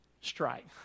strike